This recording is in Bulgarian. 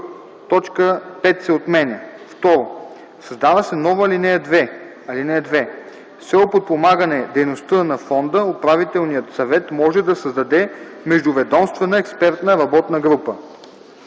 точка 5 се отменя. 2. Създава се нова ал. 2: „(2) С цел подпомагане дейността на фонда управителният съвет може да създаде междуведомствена експертна работна група.